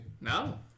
No